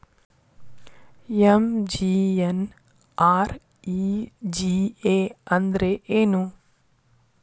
MGNREGA ಅಂದ್ರೆ ಏನು?